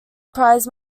prize